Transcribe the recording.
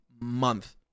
month